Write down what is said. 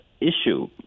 issue